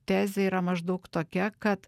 tezė yra maždaug tokia kad